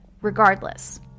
regardless